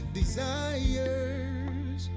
desires